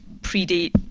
predate